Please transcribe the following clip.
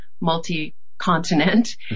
multi-continent